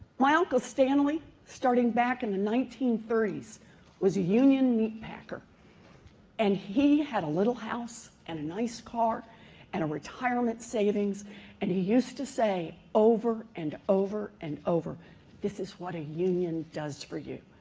my uncle stanley starting back in the nineteen thirty s was a union meat packer and he had a little house and a nice car and a retirement savings and he used to say over and over and over this is what a union does for you.